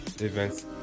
events